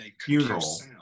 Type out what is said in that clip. funeral